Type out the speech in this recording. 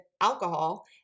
alcohol